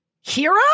Hero